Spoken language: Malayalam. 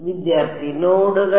വിദ്യാർത്ഥി നോഡുകൾ